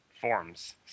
forms